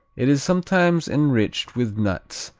it is sometimes enriched with nuts,